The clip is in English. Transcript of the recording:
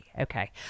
Okay